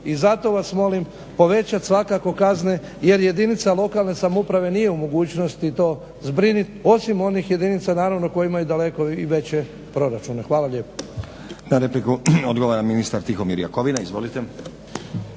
I zato vas molim, povećat svakako kazne, jer jedinica lokalne samouprave nije u mogućnosti to zbrinut osim onih jedinica naravno koje imaju daleko veće proračune. Hvala lijepa.